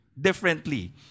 differently